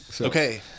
Okay